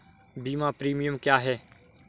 बीमा प्रीमियम क्या है?